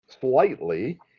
slightly